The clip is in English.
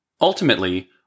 Ultimately